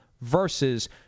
versus